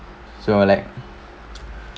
so like